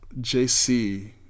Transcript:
JC